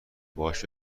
باهاش